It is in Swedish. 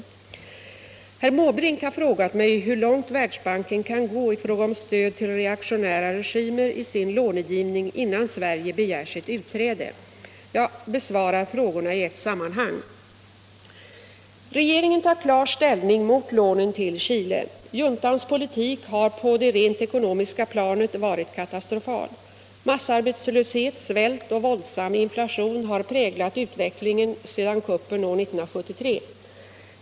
Herr Måbrink har frågat mig hur långt Världsbanken kan gå i fråga om stöd till reaktionära regimer i sin långivning innan Sverige begär sitt utträde. Jag besvarar frågorna i ett sammanhang. Regeringen tar klar ställning mot lånen till Chile. Juntans politik har på det rent ekonomiska planet varit katastrofal. Massarbetslöshet, svält och våldsam inflation har präglat utvecklingen sedan kuppen år 1973.